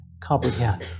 comprehend